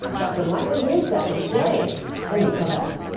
dr. michael youssef explains when we come back.